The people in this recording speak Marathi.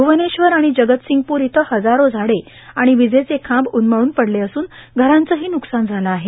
भ्रवनेश्वर आणि जगत सिंगपूर इथं हजारो झाडे आणि विजेचे खांब उन्मळून पडले असून खरांचंही न्रुकसान झालं आहे